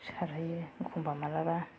सारहैयो एखमब्ला माब्लाबा